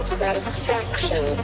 satisfaction